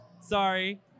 sorry